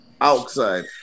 outside